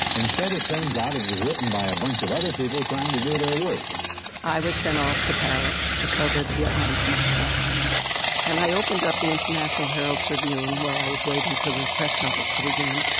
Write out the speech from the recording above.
instead, it turns out it be written by a bunch of other people trying to do their work i was sent off to paris to cover the vietnam peace talks and i opened up the international herald tribune. while i was waiting for the press conference to begin,